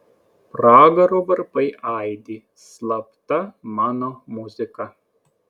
pragaro varpai aidi slapta mano muzika